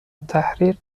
التحریر